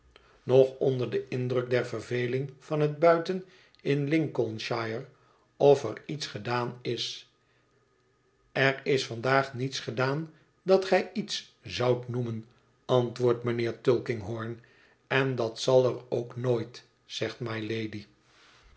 nog onder den indruk der verveling van het buiten in lincolnshire of er iets gedaan is er is vandaag niets gedaan dat gij iets zoudt noemen antwoordt mijnheer tulkinghorn en dat zal er ook nooit zegt mylady